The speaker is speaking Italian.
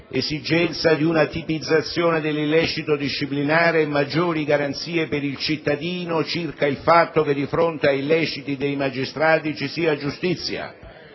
l'esigenza di una tipizzazione dell'illecito disciplinare e le maggiori garanzie per il cittadino circa il fatto che di fronte agli illeciti dei magistrati ci sia giustizia,